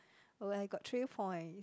uh I got three point